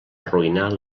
arruïnar